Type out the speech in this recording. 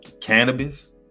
Cannabis